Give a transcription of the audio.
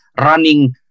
running